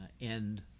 end